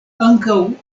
ankaŭ